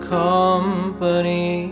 company